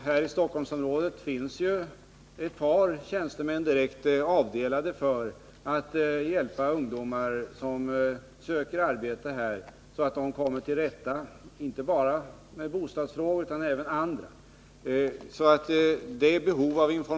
Här i Stockholmsområdet är ett par tjänstemän direkt avdelade för att hjälpa ungdomar som söker arbete här, så att de skall komma till rätta med inte bara bostadsfrågan utan även andra problem.